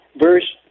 verse